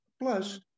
Plus